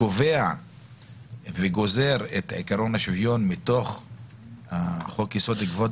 קובע וגוזר את עיקרון השוויון מתוך חוק-יסוד: כבוד